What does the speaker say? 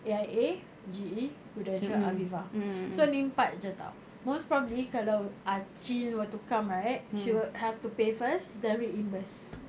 A_I_A G_E prudential aviva so ni empat jer [tau] most probably kalau ah qing were to come right she will have to pay first then reimburse